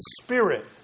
spirit